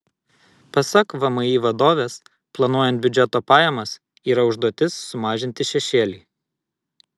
pasak vmi vadovės planuojant biudžeto pajamas yra užduotis sumažinti šešėlį